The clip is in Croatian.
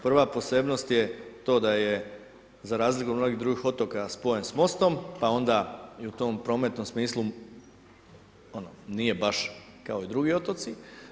Prva posebnost je to da je za razliku od mnogih drugih otoka, spojen s mostom, pa onda i u tom prometnom smislu nije baš kao i drugi otoci.